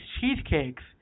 cheesecakes